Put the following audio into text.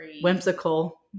whimsical